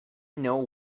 know